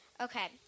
Okay